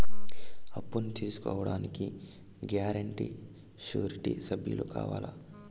అప్పును తీసుకోడానికి guarantee, surety సభ్యులు కావాలా?